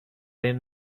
این